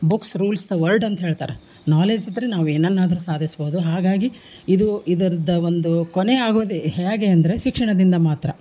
books rules the world ಅಂತ ಹೇಳ್ತಾರೆ knowledge ಇದ್ರೆ ನಾವು ಏನನ್ನಾದ್ರು ಸಾಧಿಸ್ಬೋದು ಹಾಗಾಗಿ ಇದು ಇದ್ರದ್ದು ಒಂದು ಕೊನೆ ಆಗೋದೆ ಹೇಗೆ ಅಂದರೆ ಶಿಕ್ಷಣದಿಂದ ಮಾತ್ರ